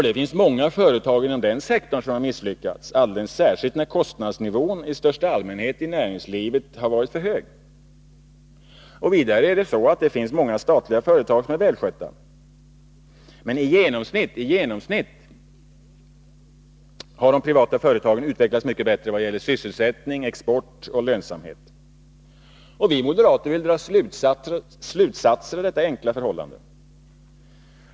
Det finns många företag inom denna sektor som har misslyckats, alldeles särskilt när kostnadsnivån i största allmänhet i näringslivet har varit för hög. Vidare finns det många statliga företag som är välskötta. Men i genomsnitt har de privata företagen utvecklats mycket bättre vad gäller sysselsättning, export och lönsamhet. Vi moderater vill dra slutsatser av detta enkla förhållande.